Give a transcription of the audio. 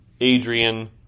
Adrian